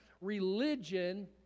religion